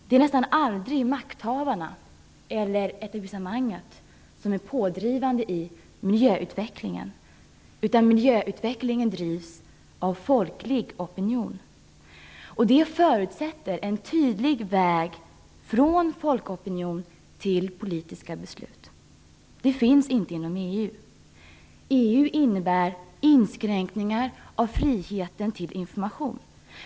Det är nästan aldrig makthavarna eller etablissemanget som är pådrivande i miljöutvecklingen, utan den drivs av folklig opinion. Detta förutsätter en tydlig väg från folkopinion till politiska beslut. Något sådant finns inte inom EU. EU innebär inskränkningar i friheten till information.